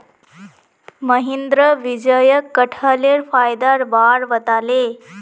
महेंद्र विजयक कठहलेर फायदार बार बताले